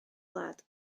wlad